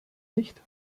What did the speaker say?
nicht